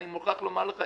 אני מוכרח לומר לך,